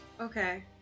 Okay